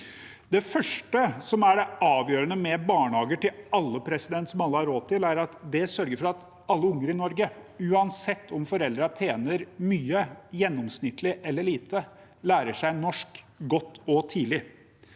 Det første, som er det avgjørende med barnehage til alle, som alle har råd til, er at det sørger for at alle unger i Norge, uansett om foreldrene tjener mye, gjennomsnittlig eller lite, lærer seg norsk godt og tidlig.